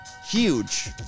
huge